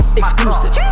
exclusive